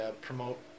promote